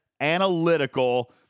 analytical